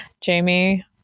Jamie